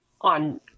on